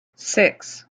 six